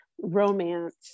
romance